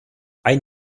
ein